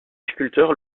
sculpteur